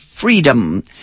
freedom